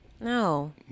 No